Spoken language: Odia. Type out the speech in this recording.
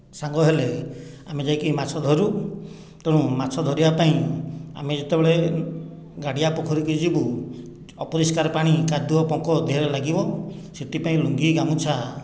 ସାଙ୍ଗ ହେଲେ ଆମେ ଯାଇକି ମାଛ ଧରୁ ତେଣୁ ମାଛ ଧରିବା ପାଇଁ ଆମେ ଯେତେବେଳେ ଗାଡ଼ିଆ ପୋଖରୀକୁ ଯିବୁ ଅପରିଷ୍କାର ପାଣି କାଦୁଅ ପଙ୍କ ଦେହରେ ଲାଗିବ ସେଥିପାଇଁ ଲୁଙ୍ଗି ଗାମୁଛା